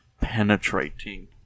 penetrating